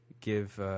give